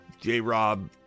J-Rob